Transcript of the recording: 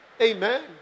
Amen